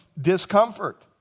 discomfort